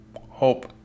Hope